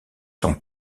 sont